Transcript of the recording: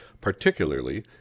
particularly